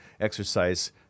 exercise